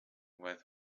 with